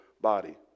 body